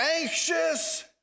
anxious